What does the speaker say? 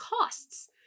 costs